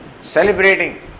celebrating